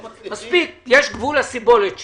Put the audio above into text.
מספיק, יש גבול לסיבולת שלי.